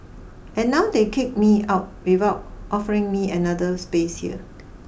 and now they kick me out without offering me another space here